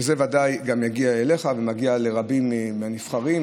זה ודאי יגיע אליך ומגיע לרבים מהנבחרים,